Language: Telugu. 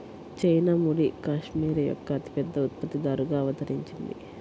చైనా ముడి కష్మెరె యొక్క అతిపెద్ద ఉత్పత్తిదారుగా అవతరించింది